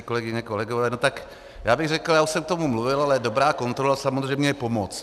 Kolegyně, kolegové, já bych řekl, já už jsem k tomu mluvil, ale dobrá kontrola samozřejmě je pomoc.